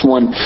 One